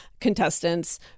contestants